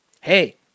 hey